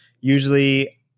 usually